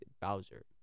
Bowser